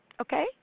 Okay